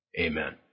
Amen